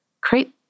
create